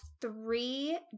three